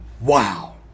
wow